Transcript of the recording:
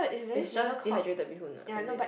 is just dehydrated bee-hoon lah really